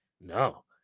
No